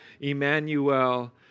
Emmanuel